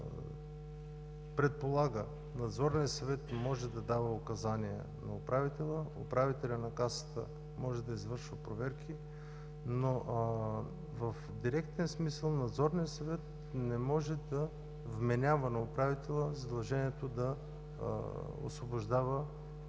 предполага – Надзорният съвет може да дава указание на управителя, управителят на касата може да извършва проверки, но в директен смисъл Надзорният съвет не може да вменява на управителя задължението да освобождава,